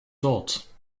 dort